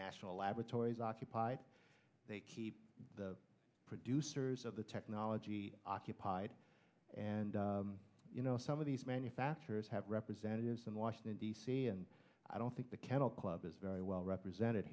national laboratories occupied they keep the producers of the technology occupied and you know some of these manufacturers have representatives in washington d c and i don't think the kennel club is very well represented